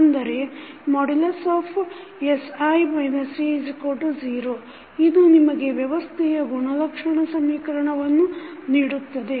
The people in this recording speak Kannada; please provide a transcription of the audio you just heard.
ಅಂದರೆ sI A0 ಇದು ನಿಮಗೆ ವ್ಯವಸ್ಥೆಯ ಗುಣಲಕ್ಷಣ ಸಮೀಕರಣವನ್ನು ನೀಡುತ್ತದೆ